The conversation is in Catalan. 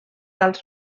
als